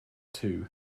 two